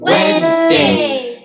Wednesdays